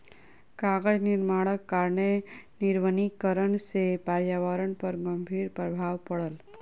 कागज निर्माणक कारणेँ निर्वनीकरण से पर्यावरण पर गंभीर प्रभाव पड़ल